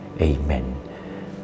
amen